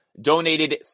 donated